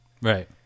right